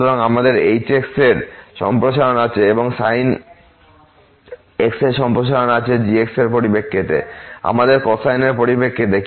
সুতরাং আমাদের h এর সম্প্রসারণ আছে সাইন এর সম্প্রসারণ আছে g এর পরিপ্রেক্ষিতে আমাদের কোসাইন এর পরিপ্রেক্ষিতে